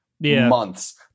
months